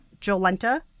Jolenta